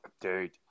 Dude